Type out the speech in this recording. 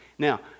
Now